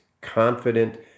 confident